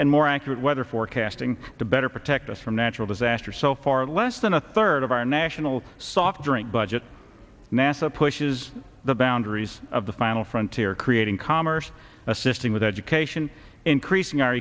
and more accurate weather forecasting to better protect us from natural disaster so far less than a third of our national soft drink budget nasa pushes the boundaries of the final frontier creating commerce assisting with education increasing our